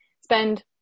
spend